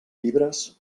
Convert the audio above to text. llibres